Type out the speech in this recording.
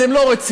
אתם לא רציניים,